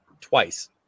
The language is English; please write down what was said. twice